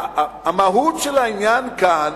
המהות של העניין כאן